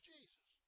Jesus